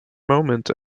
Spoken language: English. moment